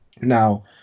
Now